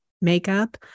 makeup